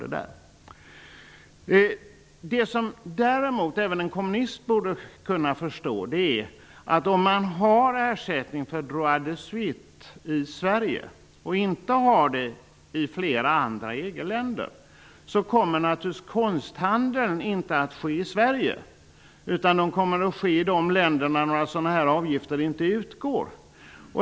Det som däremot även en kommunist borde kunna förstå är att om det ges ersättning för ''droit de suite'' i Sverige, men det ges inte i flera andra EG länder, kommer naturligtvis konsthandeln inte att ske i Sverige utan i de länder där sådana avgifter inte utgår.